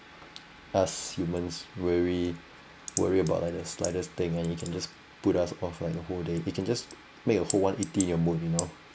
us humans worry worry about like the slightest thing and it can just put us off the whole day it can just make a whole one eighty your mood you know